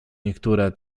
niektóre